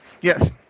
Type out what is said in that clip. Yes